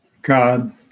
god